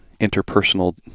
interpersonal